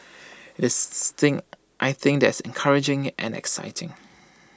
is thing I think that's encouraging and exciting